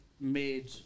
made